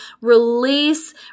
Release